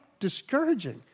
discouraging